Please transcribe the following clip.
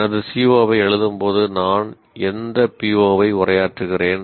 எனது CO ஐ எழுதும் போது நான் எந்த PO ஐ உரையாற்றுகிறேன்